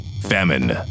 famine